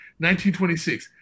1926